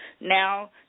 Now